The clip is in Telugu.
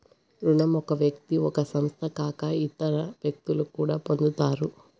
రుణం ఒక వ్యక్తి ఒక సంస్థ కాక ఇతర వ్యక్తులు కూడా పొందుతారు